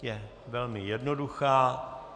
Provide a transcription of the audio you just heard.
Je velmi jednoduchá.